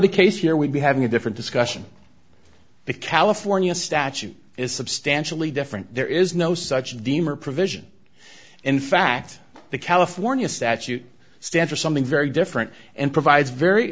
the case here we'd be having a different discussion the california statute is substantially different there is no such deemer provision in fact the california statute stand for something very different and provides very